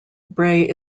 bray